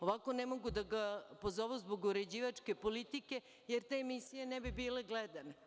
Ovako ne mogu da ga pozovu zbog uređivačke politike, jer te emisije ne bi bile gledane.